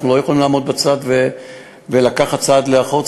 אנחנו לא יכולים לעמוד בצד ולקחת צעד לאחור.